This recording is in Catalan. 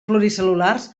pluricel·lulars